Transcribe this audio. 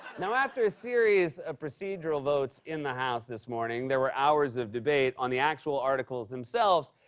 now, after a series of procedural votes in the house this morning, there were hours of debate on the actual articles themselves.